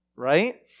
Right